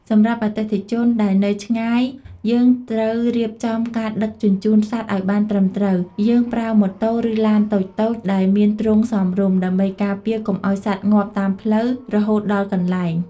សម្រាប់អតិថិជនដែលនៅឆ្ងាយ យើងត្រូវរៀបចំការដឹកជញ្ជូនសត្វឲ្យបានត្រឹមត្រូវ។ យើងប្រើម៉ូតូ ឬឡានតូចៗ ដែលមានទ្រុងសមរម្យ ដើម្បីការពារកុំឲ្យសត្វងាប់តាមផ្លូវ រហូតដល់កន្លែង។